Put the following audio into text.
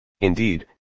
Indeed